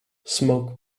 smoke